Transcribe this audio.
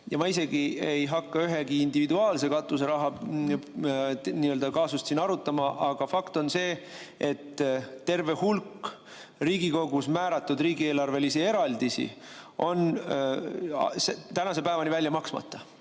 Ma isegi ei hakka ühegi individuaalse katuseraha kaasust arutama, aga fakt on see, et terve hulk Riigikogus määratud riigieelarvelisi eraldisi on tänase päevani välja maksmata,